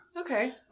Okay